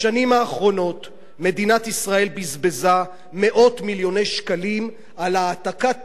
בשנים האחרונות מדינת ישראל בזבזה מאות מיליוני שקלים על העתקת תשתיות,